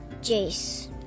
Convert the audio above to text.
Jace